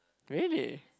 really